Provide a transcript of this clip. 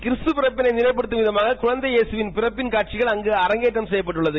கிறிஸ்து பிறப்பை நினைவுபடுத்தம் விதமாக குழந்தை இயேசுவின் பிறப்பின் காட்சிகள் அங்கு அரங்கேற்றம் செய்யப்பட்டுள்ளது